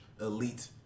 elite